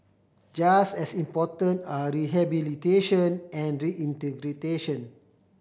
just as important are rehabilitation and reintegration